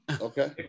Okay